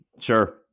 Sure